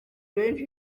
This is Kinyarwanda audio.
benshi